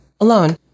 alone